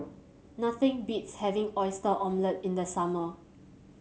nothing beats having Oyster Omelette in the summer